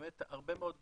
באמת הרבה מאוד גופים,